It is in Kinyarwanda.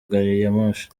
gariyamoshi